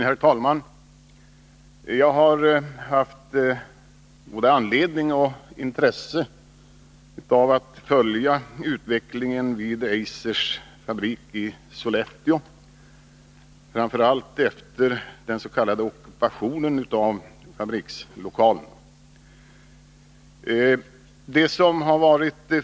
Herr talman! Jag har haft både anledning till och intresse av att följa utvecklingen vid Eisers fabrik i Sollefteå, framför allt efter den s.k. ockupationen av fabrikslokalen.